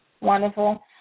wonderful